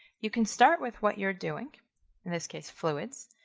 you can start with what you're doing in this case fluids.